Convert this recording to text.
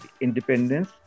independence